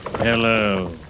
Hello